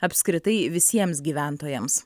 apskritai visiems gyventojams